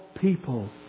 people